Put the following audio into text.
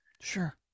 Sure